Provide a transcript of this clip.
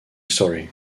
sorry